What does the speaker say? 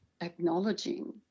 acknowledging